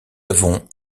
avons